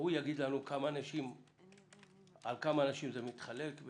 שיגיד על כמה אנשים זה מתחלק,